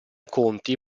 conti